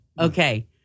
Okay